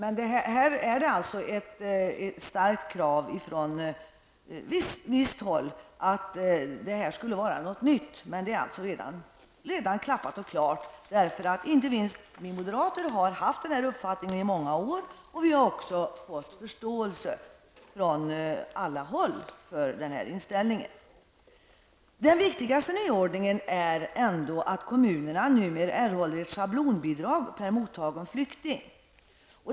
Trots att det finns starka uppfattningar från visst håll att detta skulle vara någonting nytt, så är det redan klappat och klart tack vare att vi moderater haft denna uppfattning i många år och nu fått förståelse från alla håll. Den viktigaste nyordningen är emellertid att kommunerna numera erhåller ett schablonbidrag per mottagen flykting.